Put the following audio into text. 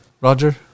Roger